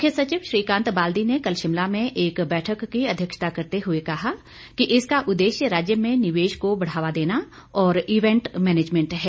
मुख्य सचिव श्रीकांत बाल्दी ने कल शिमला में एक बैठक की अध्यक्षता करते हुए कहा कि इसका उद्देश्य राज्य में निवेश को बढ़ावा देना और इवेंट मैनेजमेंट है